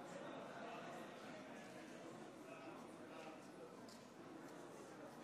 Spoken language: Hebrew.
להלן תוצאות ההצבעה: 46 בעד, 56 נגד.